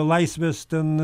laisvės ten